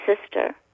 sister